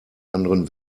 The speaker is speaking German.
anderen